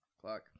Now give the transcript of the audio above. Clock